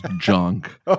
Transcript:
junk